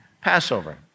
Passover